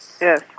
Yes